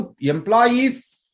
employees